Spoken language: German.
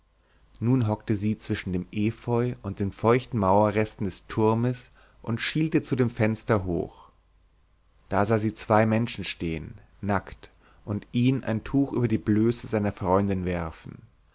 nun hockte sie zwischen dem efeu und den feuchten mauerresten des turmes und schielte zu dem fenster hoch da sah sie zwei menschen stehen nackt und ihn ein tuch über die blöße seiner freundin werfen